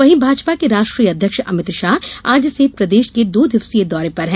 वहीं भाजपा के राष्ट्रीय अध्यक्ष अमित शाह आज से प्रदेश के दो दिवसीय दौरे पर हैं